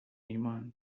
ایمان